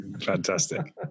Fantastic